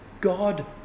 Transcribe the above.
God